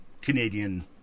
Canadian